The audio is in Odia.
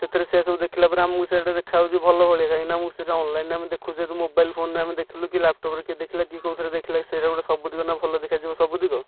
ସେଥିରେ ସେଇଆ ସବୁ ଦେଖିଲା ପରେ ଆମକୁ ସେଇଟା ଦେଖାଯାଉଛି ଭଲ ପରି କାହିଁକିନା ସେଇଟା ଅନଲାଇନରେ ଦେଖୁଛୁ ମୋବାଇଲ ଫୋନରେ ଦେଖିଲୁକି ଲାପଟପରେ ଦେଖିଲା କିଏ କେଉଁଥିରେ ଦେଖିଲା ସେଗୁଡ଼ା ସବୁତକ ଭଲ ଦେଖାଯିବ ସବୁତକ